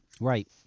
Right